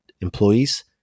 Employees